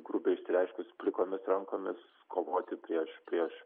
grubiai išsireiškus plikomis rankomis kovoti prieš prieš